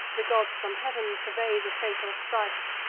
the gods from heav'n survey the fatal strife,